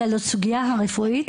אלא לסוגייה הרפואית,